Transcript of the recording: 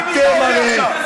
אתה פשוט שיקרת.